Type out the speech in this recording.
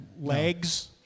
legs